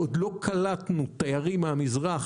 ועוד לא קלטנו תיירים מהמזרח,